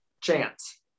chance